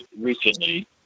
recently